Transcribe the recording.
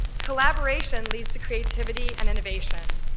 collaboration leads to creativity and innovation.